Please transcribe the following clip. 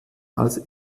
als